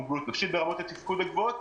מוגבלות נפשית ברמות התפקוד הגבוהות.